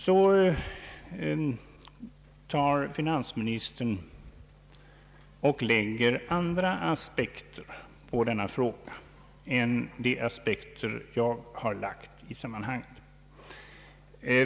Så lägger finansministern andra aspekter på denna fråga än dem jag har lagt.